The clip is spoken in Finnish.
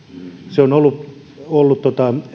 se on ollut ollut